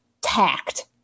tact